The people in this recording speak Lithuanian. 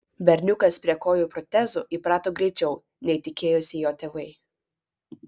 berniukas prie kojų protezų įprato greičiau nei tikėjosi jo tėvai